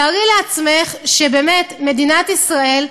תארי לעצמך שמדינת ישראל,